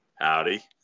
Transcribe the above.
Howdy